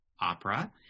opera